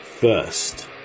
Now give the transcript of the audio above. First